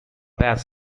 bass